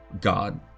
god